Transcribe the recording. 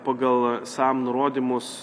pagal sam nurodymus